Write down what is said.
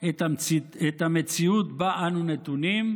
את המציאות שבה אנו נתונים.